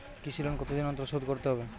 কৃষি লোন কতদিন অন্তর শোধ করতে হবে?